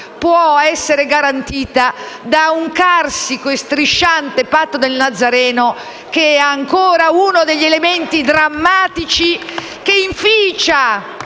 può essere garantita da un carsico e strisciante patto del Nazareno, che è ancora uno degli elementi drammatici che inficia